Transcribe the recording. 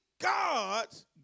God's